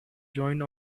joined